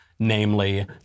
namely